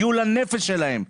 הגיעו לנפש שלהם,